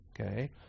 okay